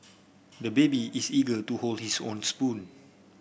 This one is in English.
the baby is eager to hold his own spoon